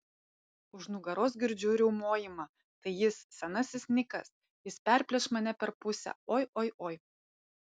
už nugaros girdžiu riaumojimą tai jis senasis nikas jis perplėš mane per pusę oi oi oi